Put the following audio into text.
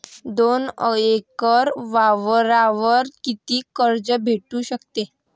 दोन एकर वावरावर कितीक कर्ज भेटू शकते?